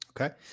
Okay